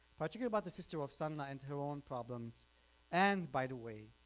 particular about the sister ovsanna and her own problems and by the way,